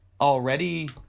already